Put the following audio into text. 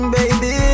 Baby